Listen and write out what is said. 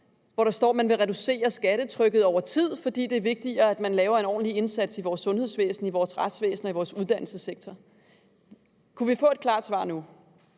hvor der står, man vil reducere skattetrykket over tid, fordi det er vigtigere, at man laver en ordentlig indsats i vores sundhedsvæsen, i vores retsvæsen og i vores uddannelsessektor? Kunne vi få et klart svar nu?